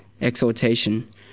exhortation